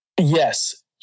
Yes